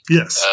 Yes